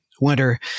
winter